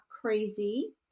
crazy